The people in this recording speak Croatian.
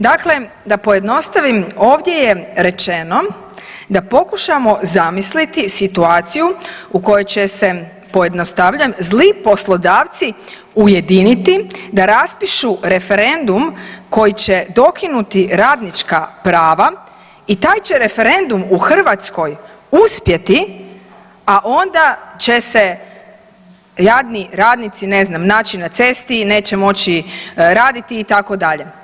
Dakle, da pojednostavim ovdje je rečeno da pokušamo zamisliti situaciju u kojoj će se pojednostavljujem, zli poslodavci ujediniti da raspišu referendum koji će dokinuti radnička prava i taj će referendum u Hrvatskoj uspjeti, a onda će se jadni radnici ne znam, naći na cesti i neće moći raditi itd.